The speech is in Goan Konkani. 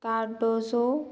कार्दोजो